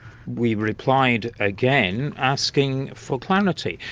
we replied again asking for clarity.